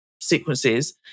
sequences